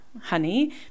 honey